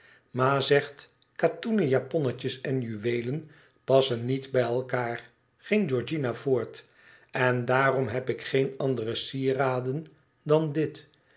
ma zegt katoenen japonnetjes en juweelen passen niet bij elkaar ging georgiana voort en daarom heb ik geen andere sieraden dan dit